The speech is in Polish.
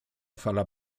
fala